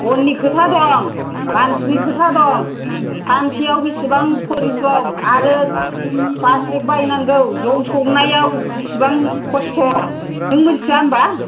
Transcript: बननि खोथा दं मानसिनि खोथा दं सानसेयाव बिसिबां परिस्रम आरो प्लास्टिक बायनांगौ जौ संनायाव बिसिबां खस्थ' नों मोन्थिया होमब्ला